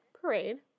Parade